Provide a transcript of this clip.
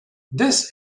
this